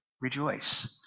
rejoice